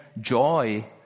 joy